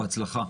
בהצלחה.